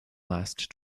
last